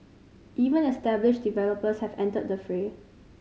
even established developers have entered the fray